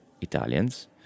Italians